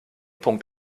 punkt